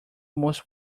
most